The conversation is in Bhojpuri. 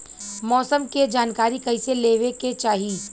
मौसम के जानकारी कईसे लेवे के चाही?